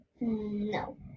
No